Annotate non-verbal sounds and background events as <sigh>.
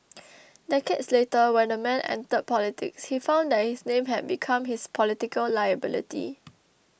<noise> decades later when the man entered politics he found that his name had become his political liability